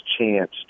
chance